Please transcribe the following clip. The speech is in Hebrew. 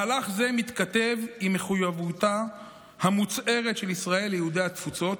מהלך זה מתכתב עם מחויבותה המוצהרת של ישראל ליהודי התפוצות,